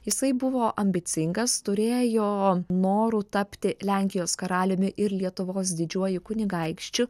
jisai buvo ambicingas turėjo norų tapti lenkijos karaliumi ir lietuvos didžiuoju kunigaikščiu